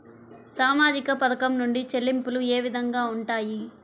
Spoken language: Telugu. సామాజిక పథకం నుండి చెల్లింపులు ఏ విధంగా ఉంటాయి?